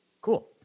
Cool